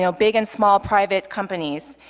you know big and small private companies.